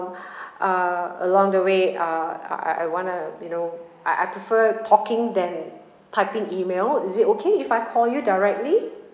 uh along the way uh I I I want to you know I I prefer talking than typing email is it okay if I call you directly